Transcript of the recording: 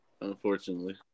unfortunately